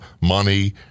money